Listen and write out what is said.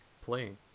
playing